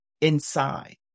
inside